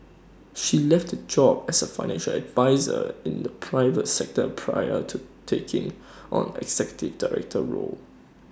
she left her job as A financial adviser in the private sector prior to taking on executive director role